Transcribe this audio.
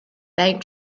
bank